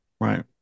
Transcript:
Right